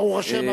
ברוך השם,